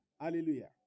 Hallelujah